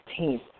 16th